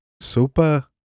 Super